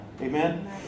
Amen